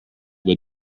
but